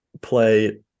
play